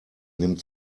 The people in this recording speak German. nimmt